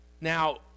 Now